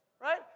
Right